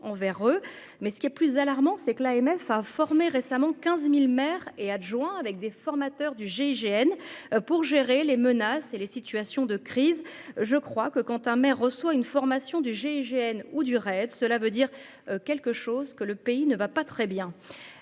envers eux, mais ce qui est plus alarmant, c'est que l'AMF a formé récemment 15000 maires et adjoints avec des formateurs du GIGN pour gérer les menaces et les situations de crise, je crois que quand un maire reçoit une formation du GIGN ou du Raid, cela veut dire quelque chose que le pays ne va pas très bien